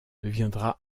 deviendra